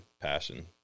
passion